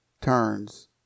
turns